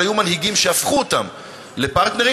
אבל היו מנהיגים שהפכו אותם לפרטנרים,